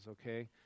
okay